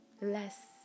less